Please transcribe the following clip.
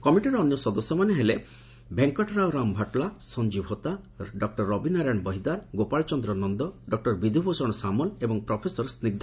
କମିଟିର ଅନ୍ୟ ସଦସ୍ୟମାନେ ହେଲେ ଭେଙ୍କଟରାଓ ରାମ୍ ଭଟ୍ଲା ସଞ୍ଞିବ ହୋତା ଡକ୍ଟର ରବିନାରାୟଣ ବହିଦାରଗୋପାଳଚନ୍ଦ ନନ୍ଦ ଡକୁର ବିଧୁଭ୍ରଷଣ ସାମଲ ଏବଂ ପ୍ରଫେସର ସ୍ପିଗ୍